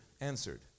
answered